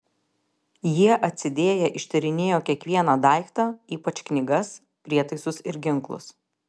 jie atsidėję ištyrinėjo kiekvieną daiktą ypač knygas prietaisus ir ginklus